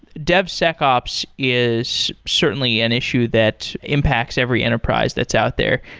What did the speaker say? devsecops is certainly an issue that impacts every enterprise that's out there.